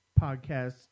podcast